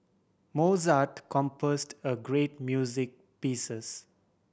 Mozart composed great music pieces